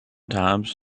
times